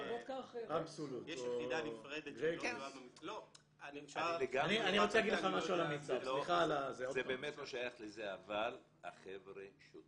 יש יחידה נפרדת --- זה באמת לא שייך לזה אבל החבר'ה שותים.